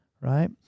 right